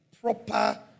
proper